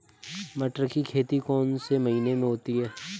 मटर की खेती कौन से महीने में होती है?